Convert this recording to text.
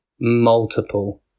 multiple